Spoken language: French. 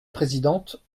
présidente